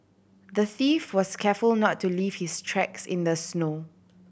the thief was careful not to leave his tracks in the snow